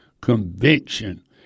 conviction